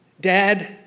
dad